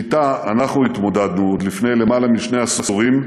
שאנחנו התמודדנו אתה עוד לפני למעלה משני עשורים,